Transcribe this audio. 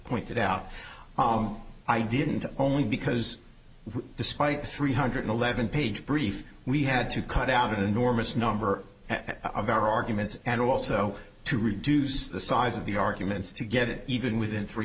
pointed out home i didn't only because despite the three hundred eleven page brief we had to cut out an enormous number of our arguments and also to reduce the size of the arguments to get it even within three